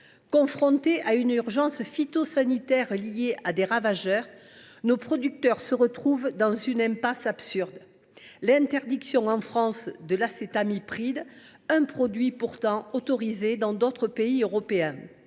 Confrontés à une urgence phytosanitaire liée à des ravageurs, nos producteurs se retrouvent dans une impasse absurde du fait de l’interdiction en France de l’acétamipride, un produit pourtant autorisé dans d’autres pays européens.